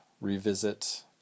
revisit